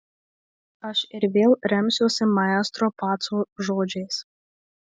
aš ir vėl remsiuosi maestro paco žodžiais